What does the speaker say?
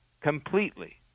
completely